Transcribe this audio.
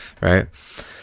Right